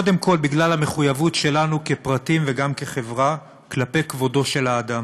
קודם כול בגלל המחויבות שלנו כפרטים וגם כחברה כלפי כבודו של האדם,